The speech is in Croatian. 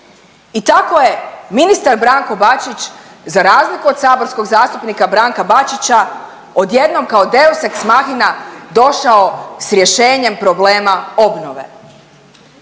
i tako je ministar Branko Bačić, za razliku od saborskog zastupnika Branka Bačića odjednom kao deus ex machina došao s rješenjem problema obnove.